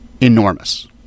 enormous